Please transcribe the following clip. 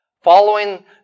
following